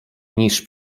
niż